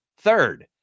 third